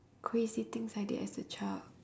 crazy things I did as a child